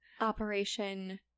operation